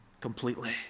completely